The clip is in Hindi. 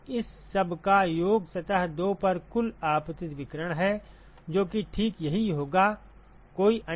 तो इस सब का योग सतह 2 पर कुल आपतित विकिरण है जो कि ठीक यही योग है